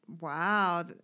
wow